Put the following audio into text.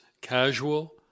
casual